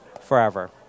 forever